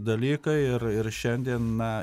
dalykai ir ir šiandien na